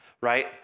right